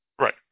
Right